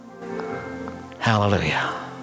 Hallelujah